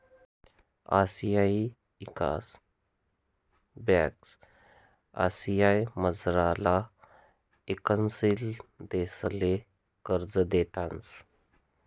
आशियाई ईकास ब्यांक आशियामझारला ईकसनशील देशसले कर्ज देतंस